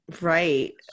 Right